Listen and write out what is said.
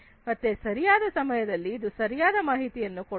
ಮತ್ತೆ ಸರಿಯಾದ ಸಮಯದಲ್ಲಿ ಇದು ಸರಿಯಾದ ಮಾಹಿತಿಯನ್ನು ಕೊಡುತ್ತದೆ